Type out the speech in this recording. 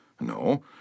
No